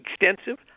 extensive